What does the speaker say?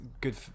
good